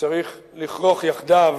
שצריך לכרוך יחדיו